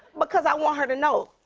because i want her to know,